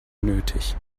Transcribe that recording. nötig